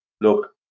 look